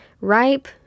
ripe